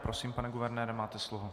Prosím, pane guvernére, máte slovo.